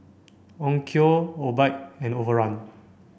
Onkyo Obike and Overrun